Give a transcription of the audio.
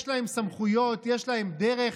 יש להם סמכויות, יש להם דרך,